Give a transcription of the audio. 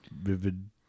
vivid